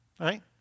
right